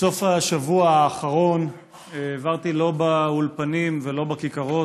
את סוף השבוע האחרון העברתי לא באולפנים ולא בכיכרות,